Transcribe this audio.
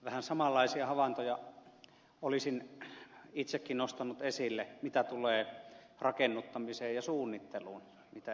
vähän samanlaisia havaintoja olisin itsekin nostanut esille mitä tulee rakennuttamiseen ja suunnitteluun kuin ed